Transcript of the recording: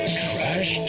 trash